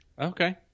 Okay